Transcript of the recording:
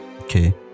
okay